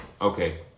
Okay